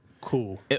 Cool